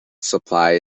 supply